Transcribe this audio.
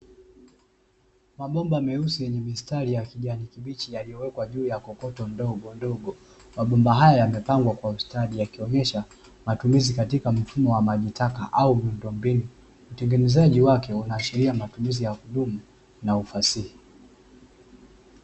Mabomba meusi yenye mistari ya kijani kibichi yaliyowekwa juu ya kokoto mabomba haya yamepangwa kwa mfumo wa kisasa utengenezwaji wake unahashiria matumizi ya kudumu na uhasili